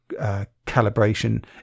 calibration